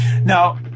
Now